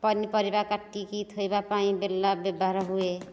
ପନି ପରିବା କାଟିକି ଥୋଇବା ପାଇଁ ବେଲା ବ୍ୟବହାର ହୁଏ